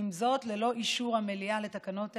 ועם זאת, ללא אישור המליאה לתקנות האלה,